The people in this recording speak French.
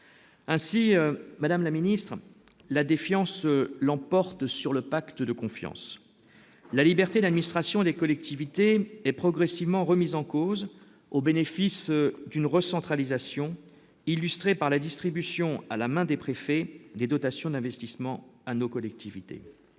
Ainsi, madame la ministre, la défiance l'emporte sur le pacte de confiance, la liberté l'administration des collectivités et progressivement remis en cause au bénéfice d'une recentralisation illustrées par la distribution à la main, des préfets, des dotations d'investissement à nos collectivités.